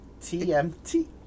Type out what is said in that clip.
TMT